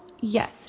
yes